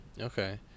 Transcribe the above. Okay